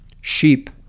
Sheep